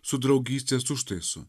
su draugystės užtaisu